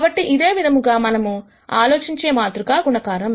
కాబట్టి ఇదే విధముగా మనము ఆలోచించే మాతృక గుణకారం